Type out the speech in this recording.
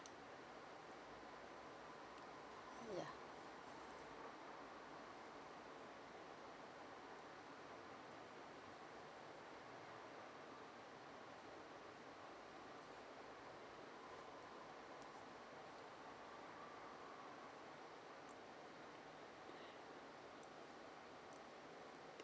yeah